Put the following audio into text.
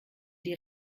die